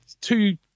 two